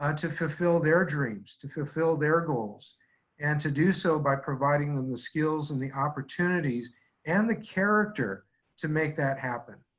ah to fulfill their dreams, to fulfill their goals and to do so by providing them the skills and the opportunities and the character to make that happen.